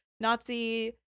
nazi